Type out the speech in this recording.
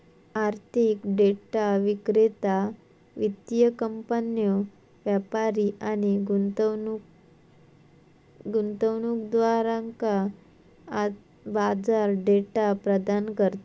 आर्थिक डेटा विक्रेता वित्तीय कंपन्यो, व्यापारी आणि गुंतवणूकदारांका बाजार डेटा प्रदान करता